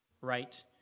right